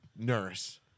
nurse